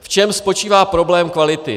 V čem spočívá problém kvality?